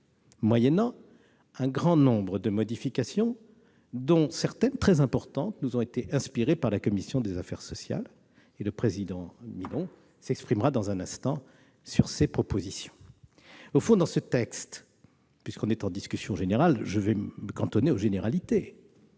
moyennant un grand nombre de modifications, dont certaines, très importantes, nous ont été inspirées par la commission des affaires sociales. Le président Milon s'exprimera dans un instant sur ces propositions. Ce texte comporte- dans la mesure où nous sommes dans la discussion générale, je vais me cantonner aux généralités